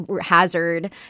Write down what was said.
hazard